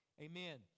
Amen